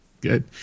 Good